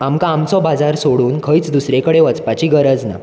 आमकां आमचो बाजार सोडून खंयच दुसरे कडेन वसपाची गरज ना